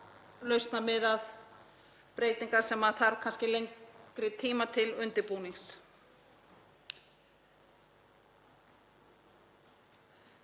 lausnamiðað þær breytingar sem þarfnast kannski lengri tíma til undirbúnings.